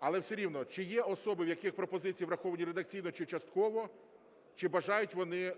Але все рівно, чи є особи, в яких пропозиції враховані редакційно чи частково, чи бажають вони